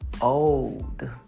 old